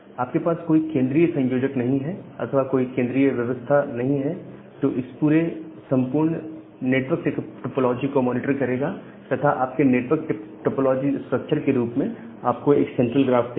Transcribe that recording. आपके पास कोई केंद्रीय संयोजक नहीं है अथवा कोई केंद्रीकृत व्यवस्था नहीं है जो कि इस संपूर्ण नेटवर्क टोपोलॉजी को मॉनिटर करेगा तथा आपके नेटवर्क टोपोलॉजी स्ट्रक्चर के रूप में आपको एक सेंट्रल ग्राफ देगा